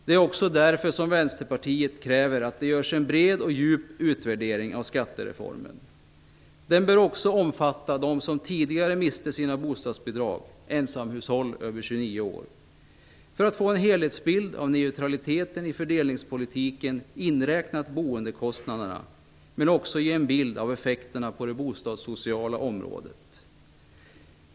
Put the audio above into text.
Det är också därför som Vänsterpartiet kräver att det görs en bred och djup utvärdering av skattereformen. Den bör också omfatta dem som tidigare miste sina bostadsbidrag, dvs. ensamhushåll över 29 år, för att få en helhetsbild av neutraliteten i fördelningspolitiken inräknat boendekostnaderna men också ge en bild av effekterna på det bostadssociala området.